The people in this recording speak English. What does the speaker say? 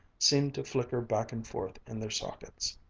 seemed to flicker back and forth in their sockets.